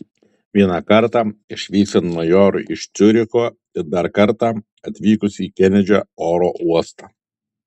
vieną kartą išvykstant majorui iš ciuricho ir dar kartą atvykus į kenedžio oro uostą